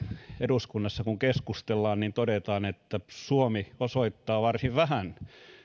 eduskunnassa kun keskustellaan niin todetaan että suomi osoittaa varsin vähän rahaa